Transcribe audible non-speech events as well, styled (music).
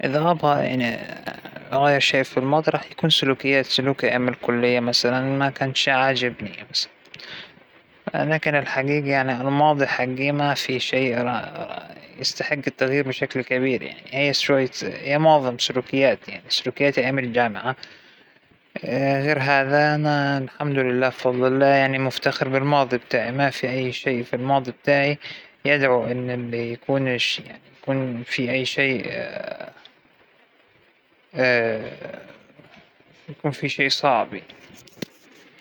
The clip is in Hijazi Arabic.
ما عندى شى الحمد لله، أنا أبى أغيره أو شى أنا ندمان عليه بالماضى، أنا الحمد لله راضية تمام الرضا عن حياتى الماضية وحياتى الحالية، وإن شاء الله عن حياتى القادمة بعد، (hesitation) لكن إنى أغير شى، لا كل شى صارالحمد لله صار على أكمل وجه، ما يبى تغيير.